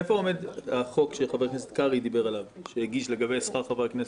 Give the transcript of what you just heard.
איפה עומד החוק שחבר הכנסת קרעי הגיש לגבי שכר חברי הכנסת?